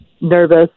nervous